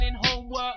homework